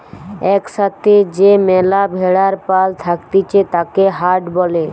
এক সাথে যে ম্যালা ভেড়ার পাল থাকতিছে তাকে হার্ড বলে